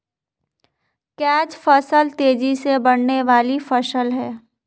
catch फसल तेजी से बढ़ने वाली फसल है